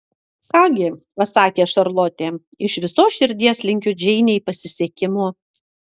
ką gi pasakė šarlotė iš visos širdies linkiu džeinei pasisekimo